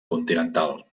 continental